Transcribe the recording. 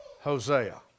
Hosea